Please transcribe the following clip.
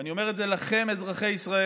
ואני אומר את זה לכם, אזרחי ישראל,